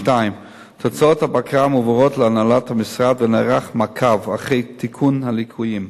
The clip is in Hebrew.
2. תוצאות הבקרה מועברות להנהלת המשרד ונערך מעקב אחרי תיקון הליקויים.